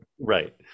Right